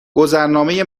گذرنامه